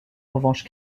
revanche